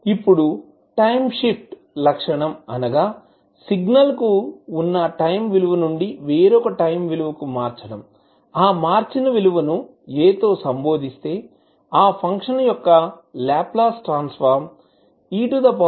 ఇప్పుడు time shift లక్షణం అనగా సిగ్నల్ కు వున్న టైం విలువ నుండి వేరొక టైం విలువ కు మార్చడం ఆ మార్చిన విలువ ను a తో సంభోదిస్తే ఆ ఫంక్షన్ యొక్క లాప్లాస్ ట్రాన్సఫార్మ్ e asF అవుతుంది